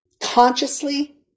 consciously